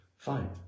Fine